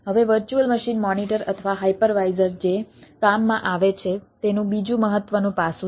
હવે virtual machine monitor અથવા hypervisor જે કામમાં આવે છે તેનું બીજું મહત્વનું પાસું છે